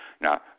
Now